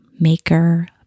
maker